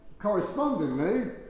correspondingly